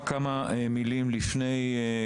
רק כמה מילים לפני כן,